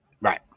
Right